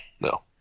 No